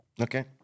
Okay